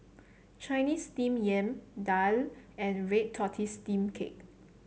Chinese Steamed Yam daal and Red Tortoise Steamed Cake